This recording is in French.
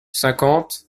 cinquante